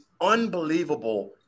unbelievable